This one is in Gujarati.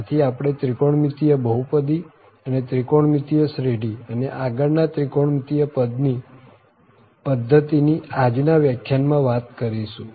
આથી આપણે ત્રિકોણમિતિય બહુપદી અને ત્રિકોણમિતિય શ્રેઢી અને આગળ આ ત્રિકોણમિતિય પદ ની પધ્ધતિની આજ ના વ્યાખ્યાનમાં વાત કરીશું